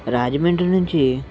రాజమెండ్రి నుంచి